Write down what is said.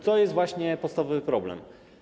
To jest właśnie podstawowy problem.